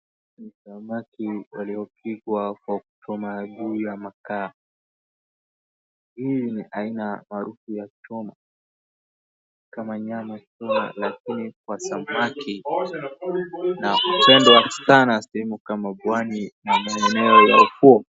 Samaki walio pikwa kwa kuchoma juu ya makaa. Hii ni aina maarufu ya choma kama nyama choma, lakini kwa samaki na inapendwa sana sehemu kama pwani na maeneo ya ufu.